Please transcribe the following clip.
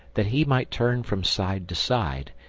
that he might turn from side to side,